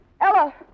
Ella